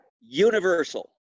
universal